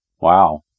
Wow